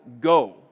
go